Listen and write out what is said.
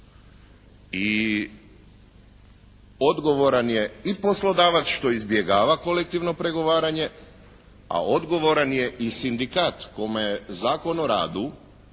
i odgovoran je i poslodavac što izbjegava kolektivno pregovaranje, a odgovoran je i sindikat kome Zakon o radu